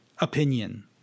opinion